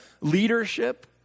leadership